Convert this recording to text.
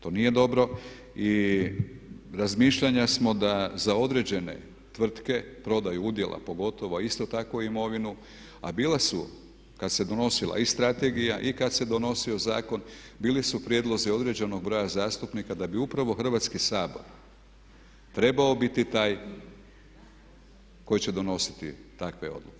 To nije dobro i razmišljanja smo da za određene tvrtke prodaju udjela pogotovo, a isto tako imovinu, a bila su kad se donosila i strategija i kad se donosio zakon bili su prijedlozi određenog broja zastupnika da bi upravo Hrvatski sabor trebao biti taj koji će donositi takve odluke.